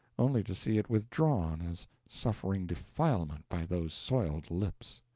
only to see it withdrawn as suffering defilement by those soiled lips.